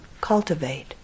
cultivate